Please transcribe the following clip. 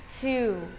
two